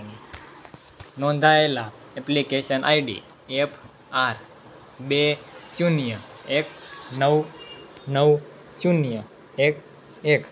નોંધાયેલા application ID એક આઠ બે શૂન્ય એક નવ નવ શૂન્ય એક એક